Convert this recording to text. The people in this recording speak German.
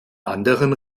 anderen